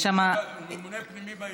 יש שם, ממונה פנימי בעירייה.